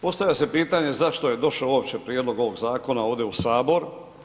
Postavlja se pitanje zašto je došao uopće prijedlog ovog zakona ovdje u sabor?